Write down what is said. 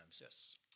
Yes